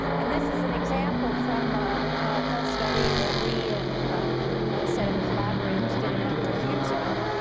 and this is an example from ah a study that we and a set of collaborators did a number of years ago.